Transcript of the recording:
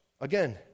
Again